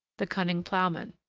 the cunning ploughman.